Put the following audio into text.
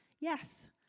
Yes